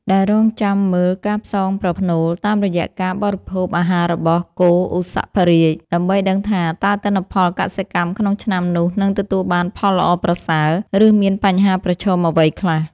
ដែលរង់ចាំមើលការផ្សងប្រផ្នូលតាមរយៈការបរិភោគអាហាររបស់គោឧសភរាជ ដើម្បីដឹងថាតើទិន្នផលកសិកម្មក្នុងឆ្នាំនោះនឹងទទួលបានផលល្អប្រសើរ ឬមានបញ្ហាប្រឈមអ្វីខ្លះ។